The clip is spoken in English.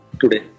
today